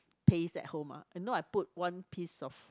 paste at home ah you know I put one piece of